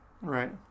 Right